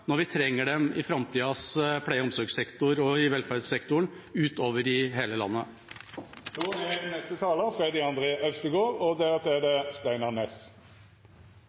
når vi trenger dem i framtidas pleie- og omsorgsektor og i velferdssektoren ut over i hele landet. Mye har blitt sagt om regionreformen nå og